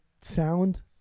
sound